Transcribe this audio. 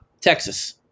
Texas